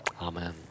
Amen